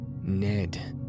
Ned